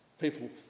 People